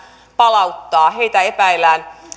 palauttaa heitä epäillään